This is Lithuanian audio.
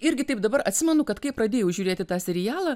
irgi taip dabar atsimenu kad kai pradėjau žiūrėti tą serialą